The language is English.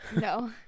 No